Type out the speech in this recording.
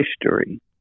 history